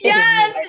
Yes